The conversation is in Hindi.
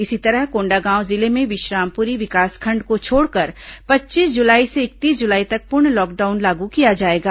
इसी तरह कोंडागांव जिले में विश्रामपुरी विकासखंड को छोड़कर पच्चीस जुलाई से इकतीस जुलाई तक पूर्ण लॉकडाउन लागू किया जाएगा